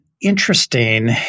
interesting